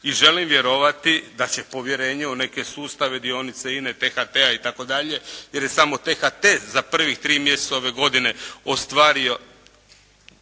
i želim vjerovati da će povjerenje u neke sustave dionice Ine, THT-a itd. jer je samo THT za prvih tri mjeseca ove godine ostvario